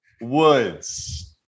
woods